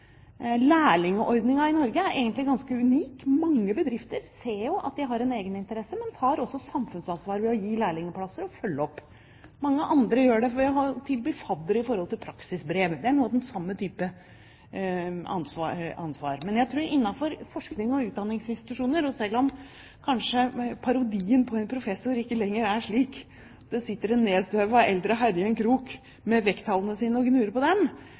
bedrifter ser at de har en egeninteresse, men tar også samfunnsansvar ved å gi lærlingplasser og følge opp. Mange andre gjør det ved å tilby faddere i tilknytning til praksisbrev. Det er noe av den samme typen ansvar. Parodien på en professor, en nedstøvet eldre herre som sitter i en krok med vekttallene sine og gnurer på dem, er nok ikke lenger en realitet, for det finnes mange forskere som deltar. På skolesiden er det jo mange som deltar i undervisningssituasjonen også. Men det kan bli flere som gjør nettopp det, og